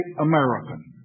American